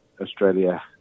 Australia